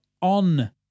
on